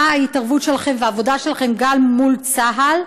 מה ההתערבות שלכם והעבודה שלכם מול צה"ל?